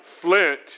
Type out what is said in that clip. flint